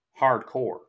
hardcore